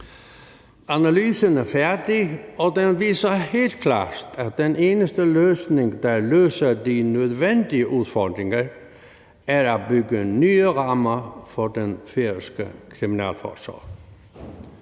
Analysen er færdig, og den viser helt klart, at den eneste løsning, der løser de nødvendige udfordringer, er at bygge nye rammer for den færøske kriminalforsorg.